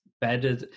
better